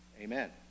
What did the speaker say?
Amen